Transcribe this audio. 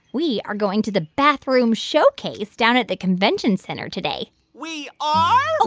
we are going to the bathroom showcase down at the convention center today we are? ah